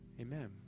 Amen